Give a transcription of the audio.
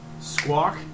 squawk